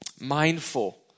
mindful